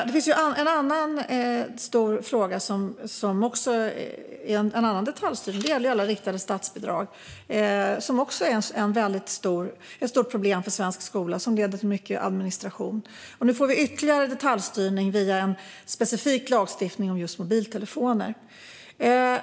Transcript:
Det finns en annan stor fråga som handlar om detaljstyrning, och den gäller alla riktade statsbidrag. De är också ett stort problem för svensk skola, vilket leder till mycket administration. Nu får vi ytterligare detaljstyrning via en specifik lagstiftning om just mobiltelefoner.